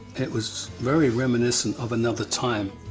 it was very reminiscent of another time,